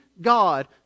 God